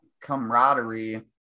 camaraderie